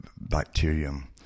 bacterium